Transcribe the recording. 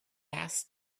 asked